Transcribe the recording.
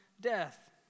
death